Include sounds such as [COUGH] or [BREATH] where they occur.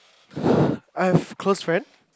[BREATH] I have close friend